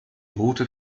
route